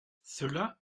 cela